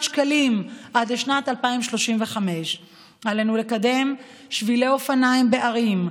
שקלים עד לשנת 2035. עלינו לקדם שבילי אופניים בערים,